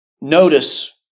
notice